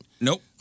Nope